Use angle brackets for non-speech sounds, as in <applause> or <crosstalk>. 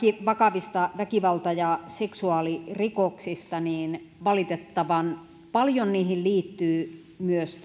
vakavista väkivalta ja seksuaalirikoksista niin valitettavan paljon niihin liittyy myös <unintelligible>